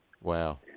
Wow